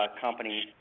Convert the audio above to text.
companies